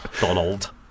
Donald